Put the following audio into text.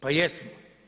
Pa jesmo.